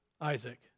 Isaac